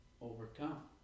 overcome